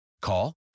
Call